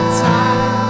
time